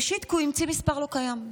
ראשית, כי הוא המציא מספר לא קיים.